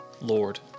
Lord